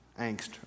angst